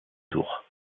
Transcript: tour